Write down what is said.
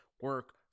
Work